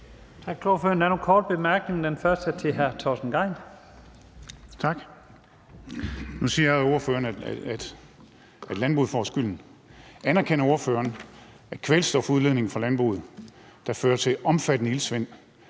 Nu siger ordføreren, at landbruget får skylden. Anerkender ordføreren, at kvælstofudledning fra landbruget, der fører til omfattende iltsvind,